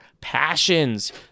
passions